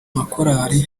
makorali